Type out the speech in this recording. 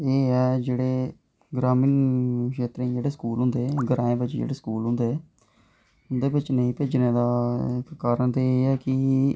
एह् ऐ जेह्ड़े ग्रामीण क्षेत्रें च जेह्ड़े स्कूल होंदे ग्रांए बिच जेह्ड़े स्कूल होंदे उंदे बच्चे नेईं भेजने दा कारण ते एह् ऐ कि